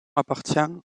appartient